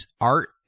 art